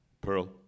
Pearl